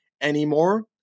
anymore